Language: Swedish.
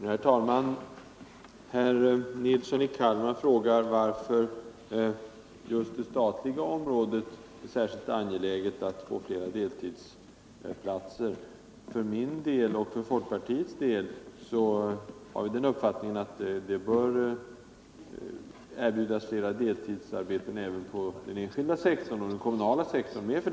Herr talman! Herr Nilsson i Kalmar frågade varför det just på det statliga området är särskilt angeläget att få flera deltidsplatser. Inom folkpartiet har vi den uppfattningen att det bör erbjudas flera deltidsarbeten även på de privata och kommunala sektorerna.